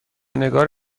نگار